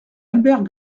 albert